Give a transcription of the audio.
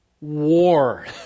war